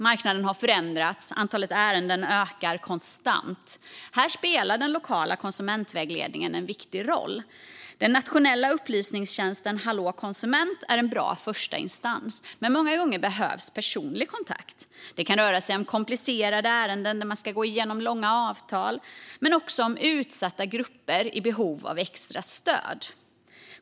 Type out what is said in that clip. Marknaden har förändrats. Antalet ärenden ökar konstant. Här spelar den lokala konsumentvägledningen en viktig roll. Den nationella upplysningstjänsten Hallå konsument är en bra första instans, men många gånger behövs personlig kontakt. Det kan röra sig om komplicerade ärenden där man ska gå igenom långa avtal, men det kan också handla om utsatta grupper i behov av extra stöd.